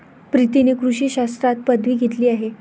प्रीतीने कृषी शास्त्रात पदवी घेतली आहे